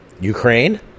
Ukraine